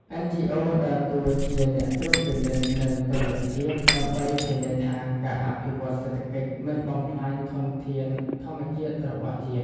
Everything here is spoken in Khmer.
NGOs ដើរតួជា "អ្នកត្រួតពិនិត្យ និងតុល្យភាព" ដើម្បីធានាថាការអភិវឌ្ឍសេដ្ឋកិច្ចមិនបំផ្លាញធនធានធម្មជាតិរបស់ជាតិ។